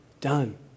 done